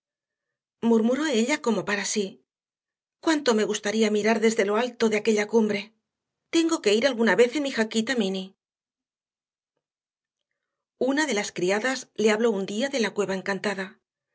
murmuró ella como para sí cuánto me gustaría mirar desde lo alto de aquella cumbre tengo que ir alguna vez en mi jaquita m inny una de las criadas le habló un día de la cueva encantada